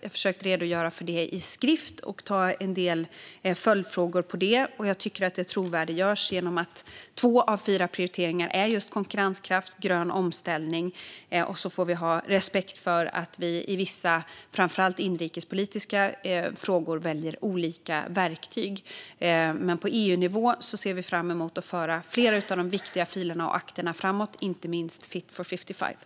Jag har försökt att redogöra för det i skrift och ta en del följdfrågor på det. Det görs trovärdigt genom att två av fyra prioriteringar är just konkurrenskraft och grön omställning. Sedan får vi har respekt för att vi i vissa framför allt inrikespolitiska frågor väljer olika verktyg. Men på EU-nivå ser vi fram emot att föra flera av de viktiga filerna och akterna framåt och inte minst Fit for 55.